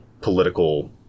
political